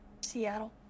Seattle